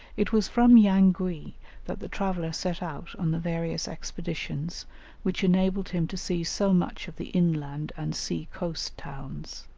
it was from yangui that the traveller set out on the various expeditions which enabled him to see so much of the inland and sea-coast towns.